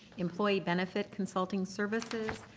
employee benefit consulting services.